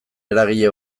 eragile